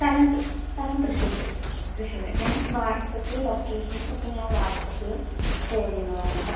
സ്ഥലം സ്ഥലം തൃശ്ശൂർ തൃശ്ശൂർ ഞാൻ വാട്ട്സ്ആപ്പിൽ ലൊക്കേഷൻസൊക്കെ ഞാൻ വാട്ട്സ്ആപ്പ് ഷെയറ് ചെയ്യുന്നതാണൂട്ടോ